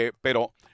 pero